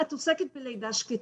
את עוסקת בלידה שקטה."